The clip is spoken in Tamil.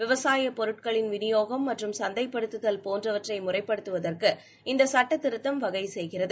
விவசாய பொருட்களின் விநியோகம் மற்றும் சந்தைப்படுத்துதல் போன்றவற்றை முறைப்படுத்துவதற்கு இந்த சட்ட திருத்தம் வகை செய்கிறது